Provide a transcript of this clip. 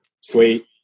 Sweet